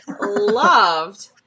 loved